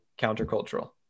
countercultural